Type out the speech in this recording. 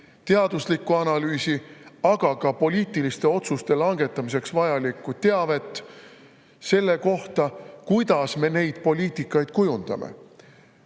teaduslikku analüüsi, aga ka poliitiliste otsuste langetamiseks vajalikku teavet selle kohta, kuidas me neid poliitikaid kujundame.